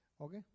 Okay